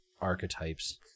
archetypes